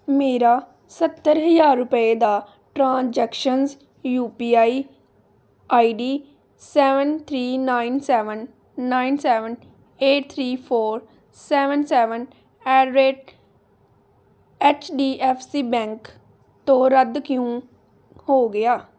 ਮੇਰਾ ਸੱਤਰ ਹਜ਼ਾਰ ਰੁਪਏ ਦਾ transactions U P I I D seven three nine seven nine seven eight three four seven seven at rate H D F C bank ਤੋਂ ਰੱਦ ਕਿਉਂ ਹੋ ਗਿਆ